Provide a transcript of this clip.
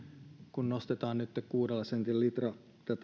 kun nostetaan nytten kuudella sentillä litra